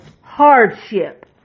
hardship